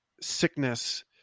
sickness